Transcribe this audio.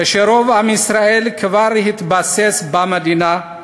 כשרוב עם ישראל כבר התבסס במדינה,